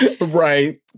right